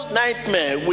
nightmare